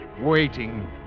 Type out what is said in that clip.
waiting